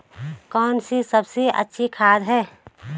कौन सी सबसे अच्छी खाद है?